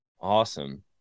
awesome